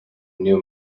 new